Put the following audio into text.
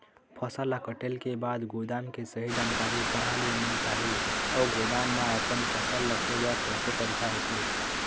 फसल ला कटेल के बाद गोदाम के सही जानकारी कहा ले मील पाही अउ गोदाम मा अपन फसल रखे बर कैसे तरीका होथे?